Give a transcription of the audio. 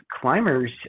climbers